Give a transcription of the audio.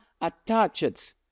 attached